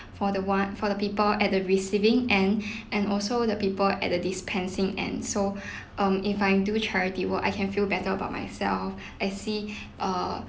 for the one for the people at the receiving end and also the people at the dispensing end so um if I do charity work I can feel better about myself I see err